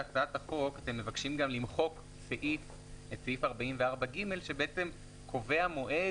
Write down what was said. בהצעת החוק אתם מבקשים גם למחוק את סעיף 44(ג) שקובע מועד